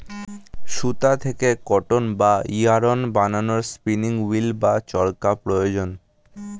সুতা থেকে কটন বা ইয়ারন্ বানানোর স্পিনিং উঈল্ বা চরকা প্রয়োজন